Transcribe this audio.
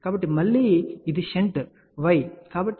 కాబట్టి మళ్ళీ ఇది షంట్ y కాబట్టి